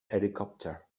helicopter